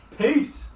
Peace